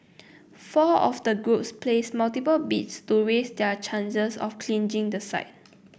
four of the groups placed multiple bids to raise their chances of clinching the site